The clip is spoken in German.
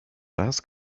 das